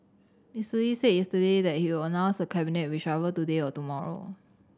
Mister Lee said yesterday that he will announce the cabinet reshuffle today or tomorrow